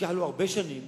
ייקח לו הרבה שנים